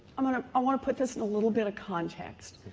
i'm gonna i want to put this in a little bit of context.